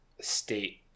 state